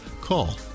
Call